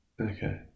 Okay